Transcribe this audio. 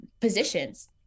positions